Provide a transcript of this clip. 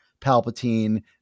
Palpatine